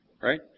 Right